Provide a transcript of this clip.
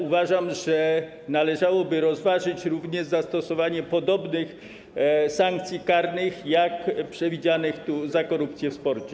Uważam, że należałoby rozważyć również zastosowanie podobnych sankcji karnych, jak przewidziane tu, za korupcję w sporcie.